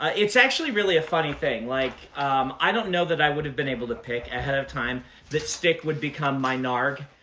ah it's actually really a funny thing. like i don't know that i would have been able to pick ahead of time that stick would become my narg.